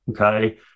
Okay